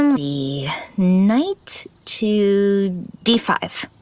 um the knight to d five.